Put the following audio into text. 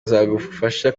zagufasha